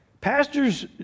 Pastors